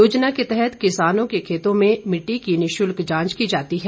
योजना के तहत किसानों के खेतों में मिट्टी की निशुल्क जांच की जाती है